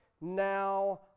now